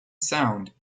sound